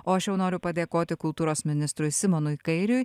o aš jau noriu padėkoti kultūros ministrui simonui kairiui